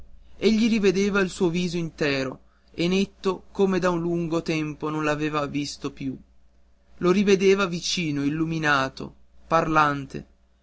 chiariva egli rivedeva il suo viso intero e netto come da lungo tempo non l'aveva visto più lo rivedeva vicino illuminato parlante